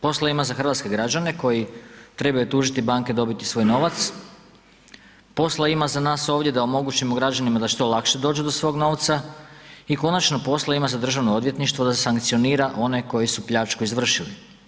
Posla ima za hrvatske građane koji trebaju tužiti banke, dobiti svoj novac, posla ima za nas ovdje da omogućimo građanima da što lakše dođu do svog novca, i konačno posla ima za Državno odvjetništvo da sankcionira one koji su pljačku izvršili.